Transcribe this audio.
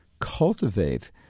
cultivate